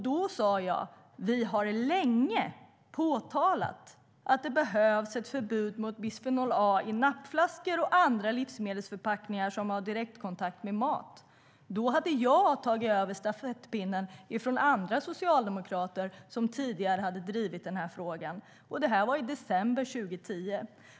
Då sade jag: Vi har länge påtalat att det behövs ett förbud mot bisfenol A i nappflaskor och andra livsmedelsförpackningar som har direktkontakt med mat. Då hade jag tagit över stafettpinnen från andra socialdemokrater som tidigare hade drivit den här frågan. Det här var i december 2010.